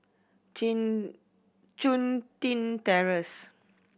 Chun Tin Terrace